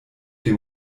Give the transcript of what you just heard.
dem